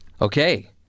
okay